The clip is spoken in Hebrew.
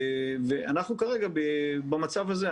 אנחנו כרגע במצב הזה,